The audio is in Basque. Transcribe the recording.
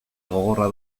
gogorra